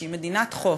שהיא מדינת חוף,